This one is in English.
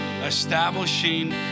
establishing